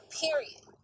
period